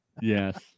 Yes